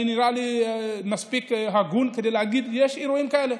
נראה לי שאני מספיק הגון כדי להגיד שיש אירועים כאלה,